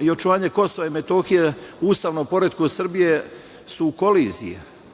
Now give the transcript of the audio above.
i očuvanje Kosova i Metohije u ustavnom poretku Srbije su u koliziji,